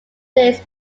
days